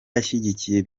ashyigikiye